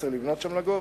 צריך לבנות שם לגובה,